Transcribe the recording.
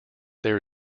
there